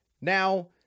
Now